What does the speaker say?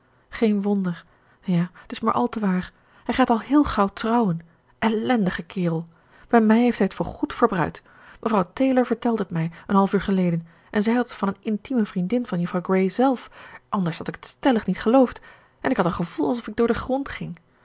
geen wonder ja t is maar al te waar hij gaat al heel gauw trouwen ellendige kerel bij mij heeft hij t voor goed verbruid mevrouw taylor vertelde t mij een half uur geleden en zij had het van een intieme vriendin van juffrouw grey zelf anders had ik t stellig niet geloofd en ik had een gevoel of ik door den grond ging